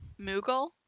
Mughal